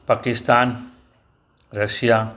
Pakistan Russia